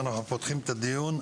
אנחנו פותחים את הדיון.